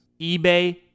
ebay